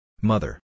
Mother